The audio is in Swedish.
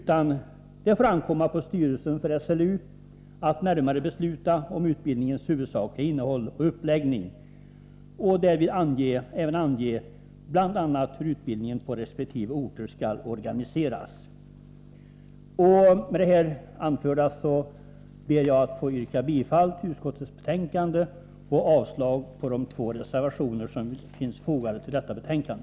Det bör få ankomma på styrelsen för SLU att närmare besluta om utbildningens huvudsakliga innehåll och uppläggning och att därvid även ange bl.a. hur utbildningen på resp. orter skall organiseras. Med det här anförda ber jag att få yrka bifall till utskottets hemställan och avslag på de två reservationer som finns fogade till detta betänkande.